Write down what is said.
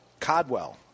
Codwell